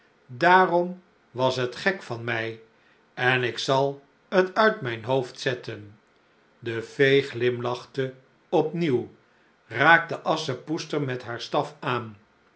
daarom was het gek van mij en ik zal t uit mijn hoofd zetten de fee glimlachte op nieuw raakte asschepoester met haar staf aan